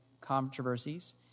controversies